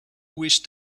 wish